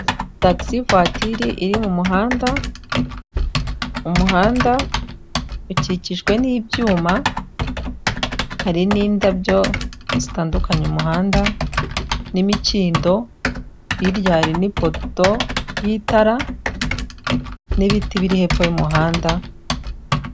Tagisi vuwatiri iri mu muhanda, umuhanda ukikijwe n'ibyuma hari n'indabyo zitandukanya umuhanda n'imikindo hirya hari n'ipoto y'itara n'ibiti biri hepfo y'umuhanda.